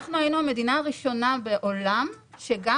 אנחנו היינו המדינה הראשונה בעולם שגם